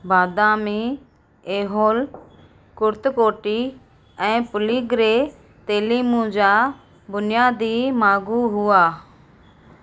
बादामी ऐहोल कुर्तुकोटी ऐं पुलीगिरे तेलीमू जा बुनियादी मागू हुआ